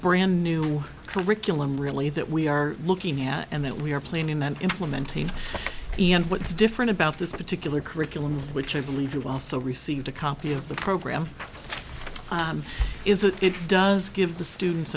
brand new curriculum really that we are looking at and that we are planning and implementing and what's different about this particular curriculum which i believe you also received a copy of the program is that it does give the students